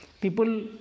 People